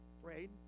afraid